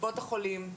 קופות החולים,